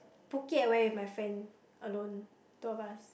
Phuket I went with my friend alone two of us